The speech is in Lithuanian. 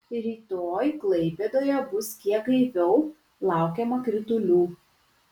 rytoj klaipėdoje bus kiek gaiviau laukiama kritulių